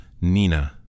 Nina